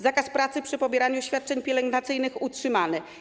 Zakaz pracy przy pobieraniu świadczeń pielęgnacyjnych - utrzymany.